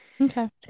okay